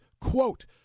quote